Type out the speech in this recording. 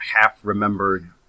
half-remembered